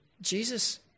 Jesus